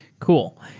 cool.